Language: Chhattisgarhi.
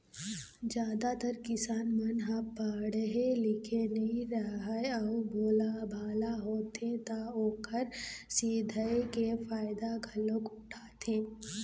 जादातर किसान मन ह पड़हे लिखे नइ राहय अउ भोलाभाला होथे त ओखर सिधई के फायदा घलोक उठाथें